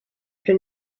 been